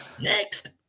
Next